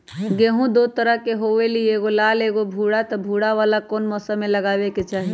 गेंहू दो तरह के होअ ली एगो लाल एगो भूरा त भूरा वाला कौन मौसम मे लगाबे के चाहि?